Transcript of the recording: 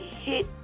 hit